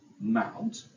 Mount